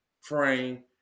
frame